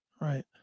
right